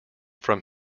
from